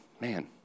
man